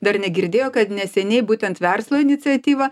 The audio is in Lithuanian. dar negirdėjo kad neseniai būtent verslo iniciatyva